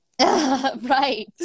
Right